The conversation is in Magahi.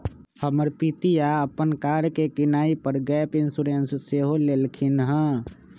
हमर पितिया अप्पन कार के किनाइ पर गैप इंश्योरेंस सेहो लेलखिन्ह्